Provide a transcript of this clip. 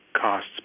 costs